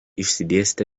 išsidėstę